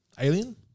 Alien